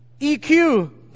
EQ